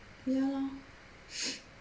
ya lor